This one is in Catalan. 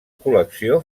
col·lecció